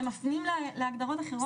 אבל הם מפנים להגדרות אחרות,